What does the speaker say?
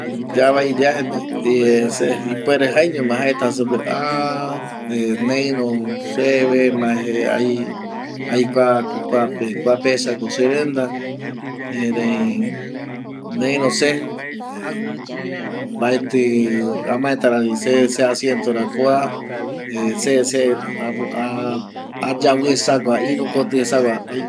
Yavai yae no, ndie ipuere se jaeñoma jaeta supe, ahh neiro seve maje aikua a ko kuape, kuape esa ko serenda erei neiro se eh mbaeti amae ta rari se seasiento ra kua eh se, se ayavi esagua iru koti esa gua ai